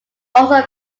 also